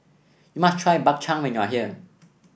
you must try Bak Chang when you are here